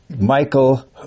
Michael